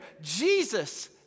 Jesus